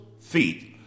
feet